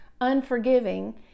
unforgiving